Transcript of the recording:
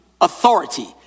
authority